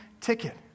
ticket